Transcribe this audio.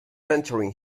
entering